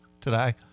today